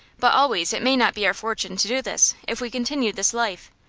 but always it may not be our fortune to do this, if we continue this life.